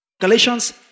Galatians